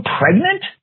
pregnant